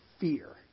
fear